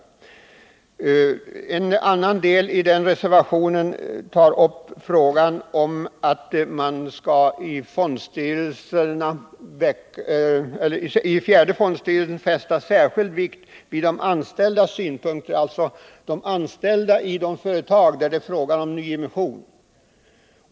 I en annan del av reservationen framhålls att man i den fjärde fondstyrelsen bör fästa särskild vikt vid de anställdas synpunkter i det företag där det är fråga om nyemission.